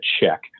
check